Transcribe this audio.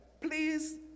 Please